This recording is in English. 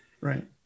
Right